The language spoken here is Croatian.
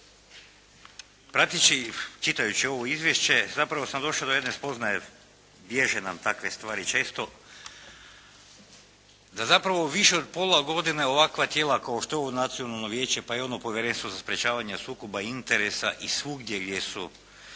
Prateći i čitajući ovo izvješće zapravo sam došao do jedne spoznaje bježe nam takve stvari često da zapravo više od pola godine ovakva tijela kao što je ovo nacionalno vijeće, pa i ono Povjerenstvo za sprječavanje sukoba interesa i svugdje gdje su